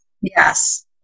yes